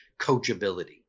coachability